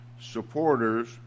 supporters